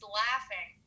laughing